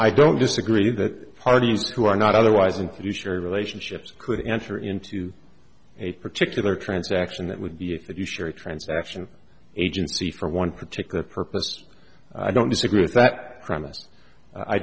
i don't disagree that parties who are not otherwise inclusionary relationships could enter into a particular transaction that would be that you share a transaction agency for one particular purpose i don't disagree with that